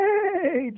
Hey